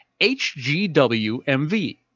HGWMV